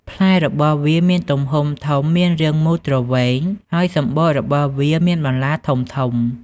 ផ្លែរបស់វាមានទំហំធំ មានរាងមូលទ្រវែង ហើយសម្បករបស់វាមានបន្លាធំៗ។